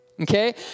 okay